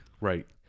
right